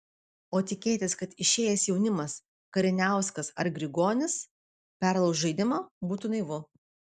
o tikėtis kad išėjęs jaunimas kariniauskas ar grigonis perlauš žaidimą būtų naivu